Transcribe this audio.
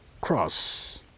cross